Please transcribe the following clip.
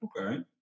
okay